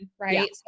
Right